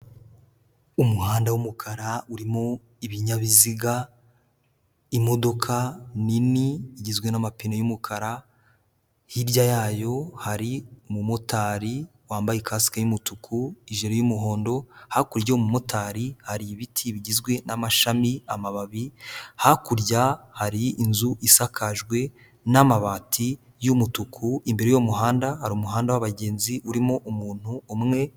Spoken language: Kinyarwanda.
Umuhanda w'umukara urimo ibinyabiziga, imodoka nini igizwe n'amapine y'umukara, hirya yayo hari umumotari wambaye kasike y'umutuku ijire y'umuhondo, hakurya y'uwo mumotari hari ibiti bigizwe n'amashami, amababi, hakurya hari inzu isakajwe n'amabati y'umutuku. Imbere y'uwo muhanda hari umuhanda w'abagenzi urimo umuntu umwe.